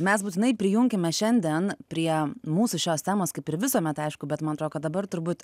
mes būtinai prijunkime šiandien prie mūsų šios temos kaip ir visuomet aišku bet man atrodo kad dabar turbūt